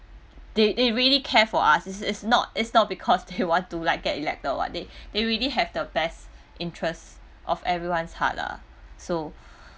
they they really care for us is is not is not because they want to like get elected or what they they really have the best interest of everyone's heart lah so